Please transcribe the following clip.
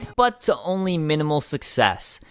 but to only minimal success.